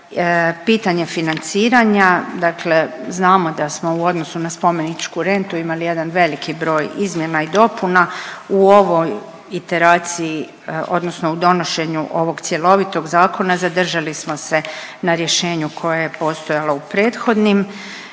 pitanje financiranja. Dakle, znamo da smo u odnosu na spomeničku rentu imali jedan veliki broj izmjena i dopuna u ovoj iteraciji, odnosno u donošenju ovog cjelovitog zakona zadržali smo se na rješenju koje je postojalo u prethodnim